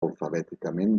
alfabèticament